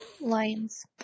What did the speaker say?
lions